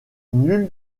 nul